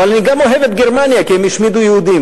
אבל אני גם אוהב את גרמניה כי הם השמידו יהודים.